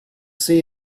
see